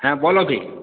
হ্যাঁ বল অভি